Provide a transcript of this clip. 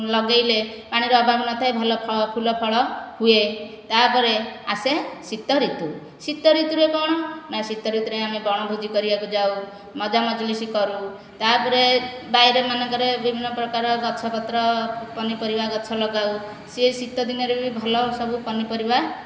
ଲଗାଇଲେ ପାଣିର ଅଭାବ ନ ଥାଏ ଭଲ ଫଳ ଫୁଲ ଫଳ ହୁଏ ତାପରେ ଆସେ ଶୀତ ଋତୁ ଶୀତଋତୁରେ କଣ ନାଁ ଶୀତ ଋତୁରେ ଆମେ ବଣଭୋଜି କରିବାକୁ ଯାଉ ମଜାମଜଲିସ କରୁ ତାପରେ ବାରିରେ ମନେକର ବିଭିନ୍ନ ପ୍ରକାର ଗଛ ପତ୍ର ପନିପରିବା ଗଛ ଲଗାଉ ସିଏ ଶୀତଦିନରେ ବି ଭଲ ସବୁ ପନିପରିବା